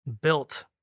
built